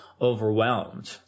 overwhelmed